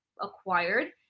acquired